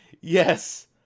yes